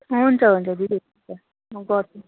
हुन्छ हुन्छ दिदी हुन्छ म गर्छु